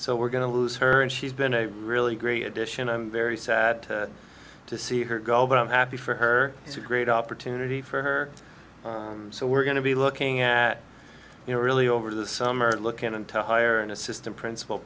so we're going to lose her and she's been a really great addition i'm very sad to see her go but i'm happy for her it's a great opportunity for her so we're going to be looking at you know really over the summer to look in to hire an assistant principal